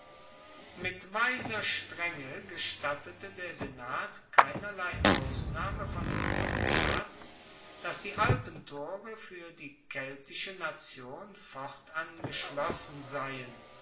mit weiser strenge gestattete der senat keinerlei ausnahme von dem grundsatz dass die alpentore fuer die keltische nation fortan geschlossen seien